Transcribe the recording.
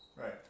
right